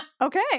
okay